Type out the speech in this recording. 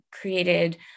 created